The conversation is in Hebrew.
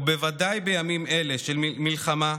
ובוודאי בימים אלה של מלחמה,